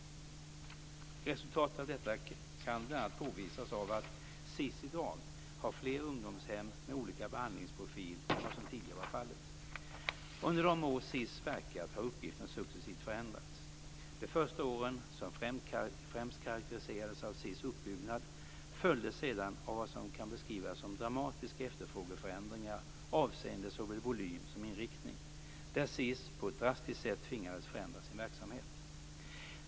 Resultatet av detta kan bl.a. påvisas av att SiS i dag har fler ungdomshem med olika behandlingsprofil än vad som tidigare var fallet. Under de år SiS verkat har uppgiften successivt förändrats. De första åren, som främst karakteriserades av SiS uppbyggnad, följdes sedan av vad som kan beskrivas som dramatiska efterfrågeförändringar avseende såväl volym som inriktning, där SiS på ett drastiskt sätt tvingades förändra sin verksamhet.